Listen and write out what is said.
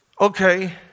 Okay